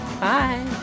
Bye